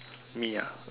me ya